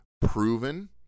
proven